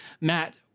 Matt